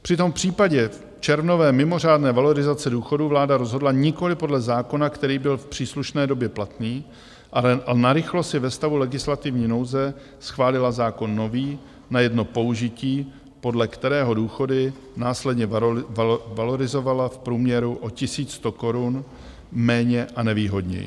Přitom v případě červnové mimořádné valorizace důchodů vláda rozhodla nikoliv podle zákona, který byl v příslušné době platný, a narychlo si ve stavu legislativní nouze schválila zákon nový, na jedno použití, podle kterého důchody následně valorizovala v průměru o 1 100 korun méně a nevýhodněji.